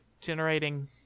generating